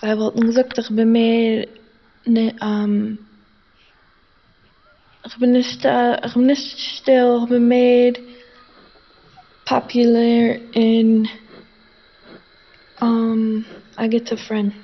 זיי וואלטן געזאגט איך בין מער איך בין נישט א- איך בין נישט שטיל, איך בין מער פאפולער און א גוטע פרענד